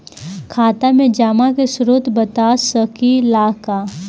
खाता में जमा के स्रोत बता सकी ला का?